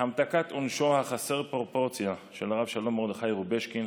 המתקת עונשו חסר הפרופורציה של הרב שלום מרדכי רובשקין,